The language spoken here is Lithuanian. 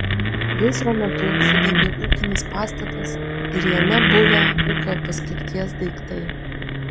gaisro metu sudegė ūkinis pastatas ir jame buvę ūkio paskirties daiktai